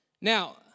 Now